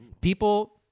people